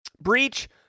breach